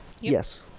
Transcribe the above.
Yes